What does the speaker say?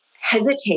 hesitate